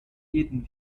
jeden